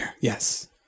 yes